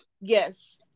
Yes